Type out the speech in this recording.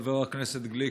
חבר הכנסת גליק,